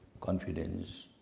confidence